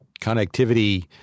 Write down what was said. connectivity